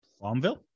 Farmville